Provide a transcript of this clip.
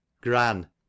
Gran